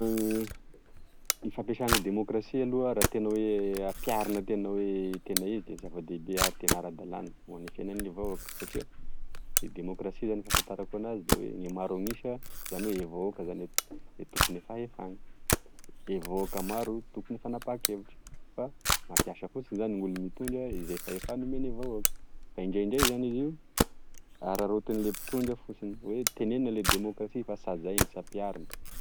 E fampesa gne demokrasia aloha raha tena oe ampiarina tena oe tena izy de zavadehibe ary tena aradalana hoagne fiainagne vahoaky satria i demokrasia zany fafantarako anazy de oe maro anisa zany oe vahoka zany gne tompogne fahefana e voka maro tompogne fanapakevitry fa mampiasa fosiny gn'olo mitondra ze fahefa omegne vahoaka fa indraindray zany izy io ararotinle mpitondra fosiny oe tenenina le demokrasy fa sy hazaina sy ampiariny.